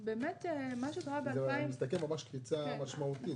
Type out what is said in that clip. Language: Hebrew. ממש קפיצה משמעותית.